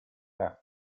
theft